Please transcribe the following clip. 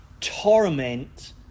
torment